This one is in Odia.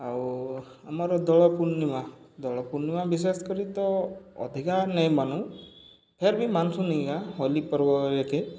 ଆଉ ଆମର ଦୋଳ ପୂର୍ଣ୍ଣିମା ଦୋଳ ପୂର୍ଣ୍ଣିମା ବିଶେଷ କରି ତ ଅଧିକା ନେଇଁ ମାନୁ ଫେର୍ ବି ମାନସୁ ନେଇ କା ହୋଲି ପର୍ବରେକେ